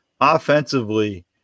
Offensively